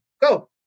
Go